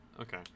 okay